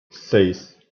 seis